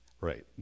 right